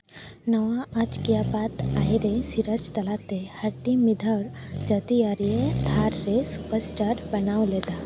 ᱱᱚᱣᱟ ᱟᱡ ᱜᱮᱭᱟᱵᱟᱫ ᱟᱭᱮᱨᱮ ᱥᱤᱨᱟᱡ ᱛᱟᱞᱟᱛᱮ ᱦᱟᱹᱴᱤᱧ ᱢᱤᱫ ᱫᱷᱟᱣ ᱡᱟᱹᱛᱤᱭᱟᱹᱨᱤ ᱛᱷᱟᱨ ᱨᱮ ᱥᱩᱯᱟᱨ ᱮᱥᱴᱟᱨ ᱵᱮᱱᱟᱣ ᱞᱮᱫᱟ